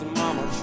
mama